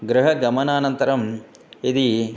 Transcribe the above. गृहगमनानन्तरं यदि